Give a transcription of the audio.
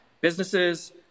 businesses